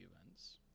events